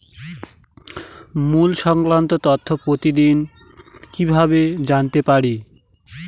মুল্য সংক্রান্ত তথ্য প্রতিদিন কিভাবে জানতে পারি?